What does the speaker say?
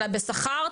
אלא בשכר,